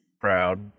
proud